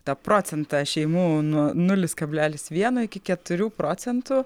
tą procentą šeimų nuo nulis kablelis vieno iki keturių procentų